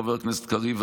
חבר הכנסת קריב,